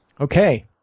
Okay